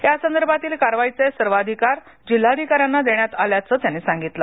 यासंदर्भातील कारवाईचे सर्वाधिकार जिल्हाधिकाऱ्यांना देण्यात आल्याचं त्यांनी सांगितलं